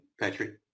Patrick